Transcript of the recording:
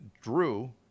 Drew